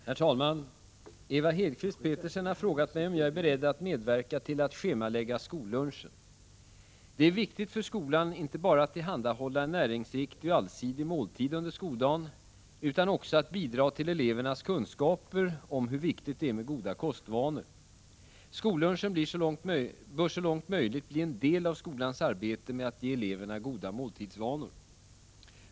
Herr talman! Ewa Hedkvist Petersen har frågat mig om jag är beredd att medverka till att schemalägga skollunchen. Det är viktigt för skolan inte bara att tillhandahålla en näringsriktig och allsidig måltid under skoldagen utan även att bidra till elevernas kunskaper om hur viktigt det är med goda kostvanor. Skollunchen bör så långt möjligt bli en del av skolans arbete med att ge eleverna goda måltidsvanor.